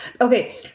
okay